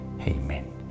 Amen